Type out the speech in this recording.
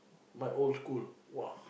my old school !wah!